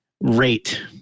Rate